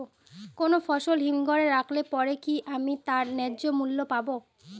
কোনো ফসল হিমঘর এ রাখলে পরে কি আমি তার ন্যায্য মূল্য পাব?